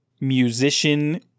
musician